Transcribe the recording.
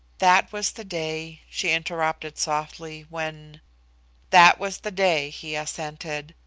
that was the day, she interrupted softly, when that was the day, he assented.